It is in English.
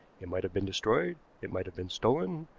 it might have been destroyed, it might have been stolen,